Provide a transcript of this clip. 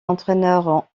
entraîneurs